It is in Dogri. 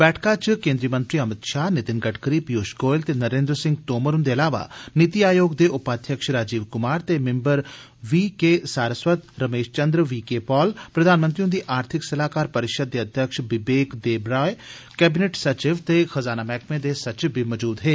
बैठका च केन्द्री मंत्री अमित शाह नितिन ग्डकरी पीयूष गोयल ते नरेन्द्र सिंह तोमर हुंदे इलावा नीति आयोग दे उपाध्यक्ष राजीव कुमार ते member V K Saraswat Ramesh Chand V K Paul प्रधानमंत्री हुंदी आर्थिक सलाह्कार परिषद दे अध्यक्ष विवके देबराय कैबिनेट सचिव ते खजाना मैह्कमे दे सचिव बी मजूद हे